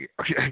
Okay